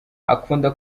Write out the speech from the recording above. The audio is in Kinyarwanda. akunda